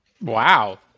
Wow